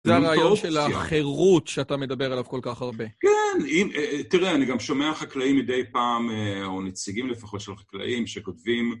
זה הרעיון של החירות שאתה מדבר עליו כל כך הרבה. כן, תראה, אני גם שומע חקלאים מדי פעם, או נציגים לפחות של חקלאים שכותבים...